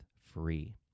free